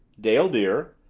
dale, dear,